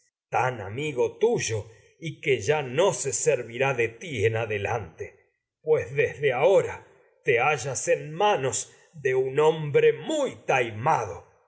tan amigo tuyo y que ya no se de de adelante pues muy desde ahora te hallas sus en manos un hombre taimado